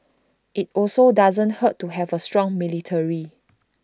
IT also doesn't hurt to have A strong military